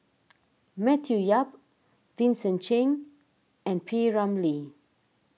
Matthew Yap Vincent Cheng and P Ramlee